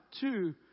two